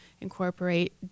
incorporate